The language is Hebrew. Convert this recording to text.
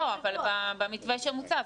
במתווה שמוצע.